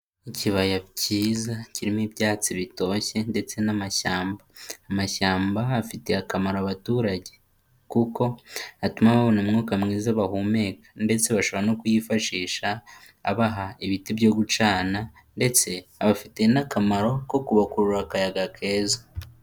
Ikibaya cyiza kirimo ibyatsi bitoshye ndetse n'amashyamba. Amashyamba afitiye akamaro abaturage kuko atuma babona umwuka mwiza bahumeka ndetse bashobora no kuyifashisha abaha ibiti byo gucana ndetse abafitiye akamaro ko kubakururira umwuka mwiza .